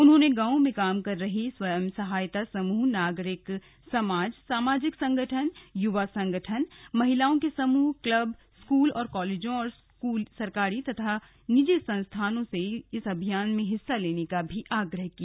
उन्होंने गांवों में काम कर रहे स्वसहायता समूह नागरिक समाज सामाजिक संगठन युवा संगठन महिलाओं के समूह क्लब स्कूल और कॉलेजों तथा सरकारी और निजी संस्थानों से इस अभियान में हिस्सा लेने का आग्रह किया